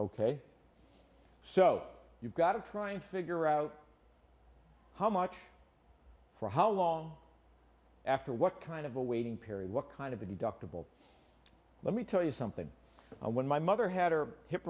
ok so you've got to try and figure out how much for how long after what kind of a waiting period what kind of inductive will let me tell you something when my mother had her hip